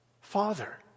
Father